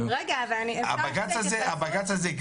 הבג"צ הזה,